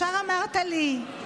ישר אמרת לי: